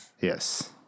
Yes